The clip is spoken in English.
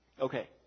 Okay